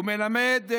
ומלמד,